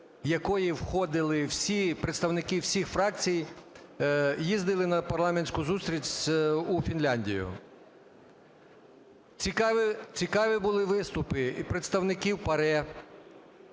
якої входили всі представники всіх фракцій, їздили на парламентську зустріч у Фінляндію. Цікаві були виступи і представників ПАРЄ,